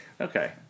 Okay